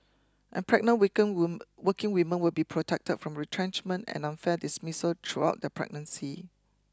and pregnant working women will be protected from retrenchment and unfair dismissal throughout their pregnancy